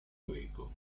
greco